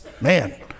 Man